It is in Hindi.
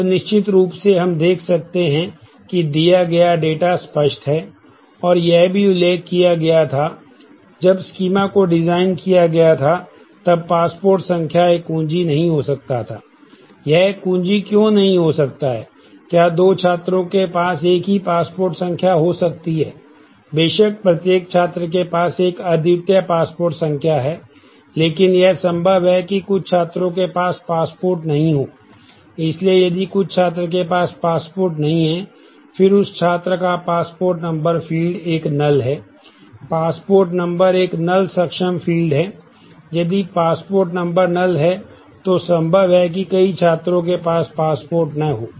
अब निश्चित रूप से हम देख सकते हैं कि दिया गया डेटा स्पष्ट है और यह भी उल्लेख किया गया था जब स्कीमा है तो संभव है कि कई छात्रों के पास पासपोर्ट न हो